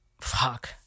fuck